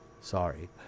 sorry